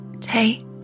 take